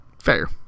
Fair